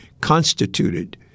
constituted